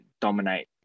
dominate